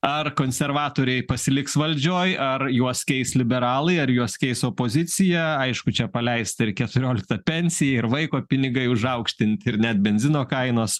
ar konservatoriai pasiliks valdžioj ar juos keis liberalai ar juos keis opozicija aišku čia paleista ir keturiolikta pensija ir vaiko pinigai užaukštinti ir net benzino kainos